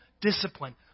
discipline